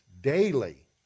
daily